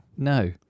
No